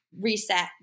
reset